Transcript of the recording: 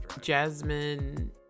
Jasmine